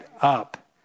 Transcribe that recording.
up